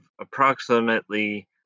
approximately